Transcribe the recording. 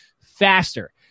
faster